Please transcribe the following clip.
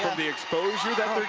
the exposure that but